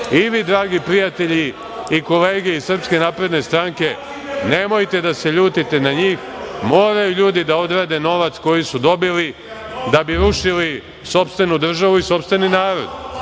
vi dragi prijatelji i kolege iz SNS, nemojte da se ljutite na njih, moraju ljudi da odrade novac koji su dobili da bi rušili sopstvenu državu i sopstveni narod.